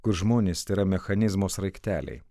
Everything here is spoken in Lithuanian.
kur žmonės tėra mechanizmo sraigteliai